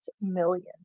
millions